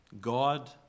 God